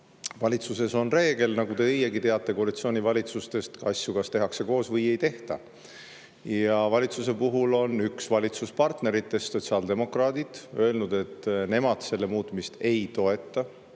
Valitsuses on reegel, nagu teiegi teate koalitsioonivalitsustest, et asju kas tehakse koos või ei tehta. Ja valitsuses on üks valitsuspartneritest – sotsiaaldemokraadid – öelnud, et nemad selle muutmist ei toeta.